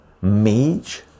Mage